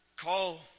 Call